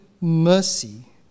mercy